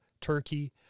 Turkey